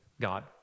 God